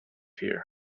here